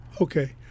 Okay